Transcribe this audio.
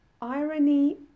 Irony